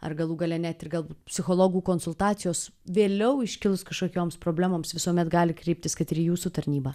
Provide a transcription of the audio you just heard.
ar galų gale net ir galbūt psichologų konsultacijos vėliau iškilus kažkokioms problemoms visuomet gali kreiptis kad ir į jūsų tarnybą